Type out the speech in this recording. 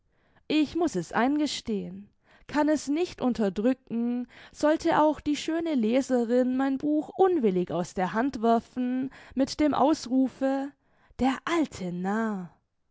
ich muß es eingestehen kann es nicht unterdrücken sollte auch die schöne leserin mein buch unwillig aus der hand werfen mit dem ausrufe der alte narr